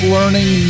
Learning